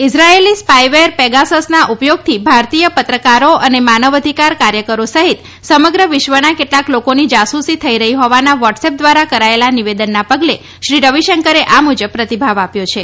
Israeli spyware પેગાસસના ઉપયોગથી ભારતીય પત્રકારો અને માનવ અધિકાર કાર્યકરો સહિત સમગ્ર વિશ્વના કેટલાક લોકોની જાસુસી થઈ રહી હોવાના વોટ્સએપ દ્વારા કરાયેલા નિવેદનના પગલે શ્રી રવિશંકરે આ મુજબ પ્રતિભાવ આપ્યો છે